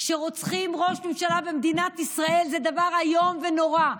כשרוצחים ראש ממשלה במדינת ישראל זה דבר איום ונורא.